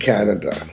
Canada